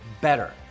better